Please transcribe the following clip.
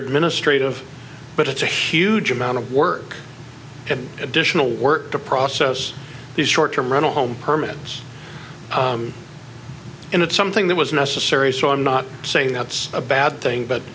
administrative but it's a huge amount of work and additional work to process these short term rental home permits and it's something that was necessary so i'm not saying that's a bad thing but